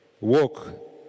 walk